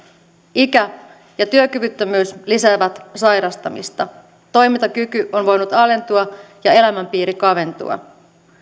ikä ja työkyvyttömyys lisäävät sairastamista toimintakyky on voinut alentua ja elämänpiiri kaventua